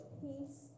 peace